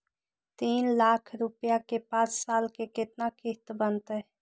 तीन लाख रुपया के पाँच साल के केतना किस्त बनतै?